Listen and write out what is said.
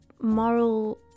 moral